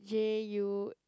J U